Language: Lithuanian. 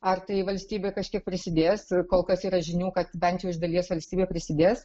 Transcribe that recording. ar tai valstybė kažkiek prisidės ir kol kas yra žinių kad bent jau iš dalies valstybė prisidės